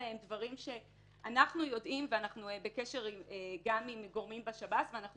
אנחנו בקשר עם גורמים בשב"ס ואנחנו